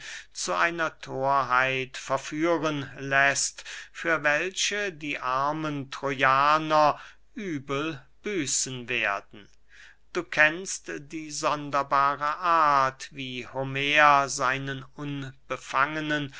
zu einer thorheit verführen läßt für welche die armen trojaner übel büßen werden du kennst die sonderbare art wie homer seinen unbefangenen